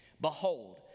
Behold